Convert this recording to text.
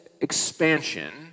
expansion